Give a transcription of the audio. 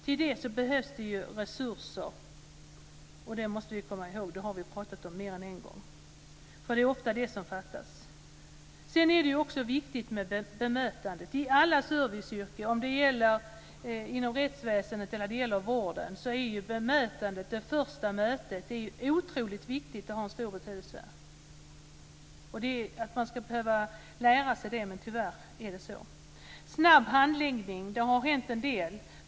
Till det behövs det resurser, det måste vi komma ihåg, och det har vi pratat om mer än en gång. Det är ofta resurser som fattas. Det är viktigt med bemötandet i alla serviceyrken. Inom rättsväsendet och vården är det första mötet otroligt viktigt och har stor betydelse. Man ska inte behöva lära sig detta, men tyvärr är det så. Det har hänt en hel del vad gäller snabb handläggning.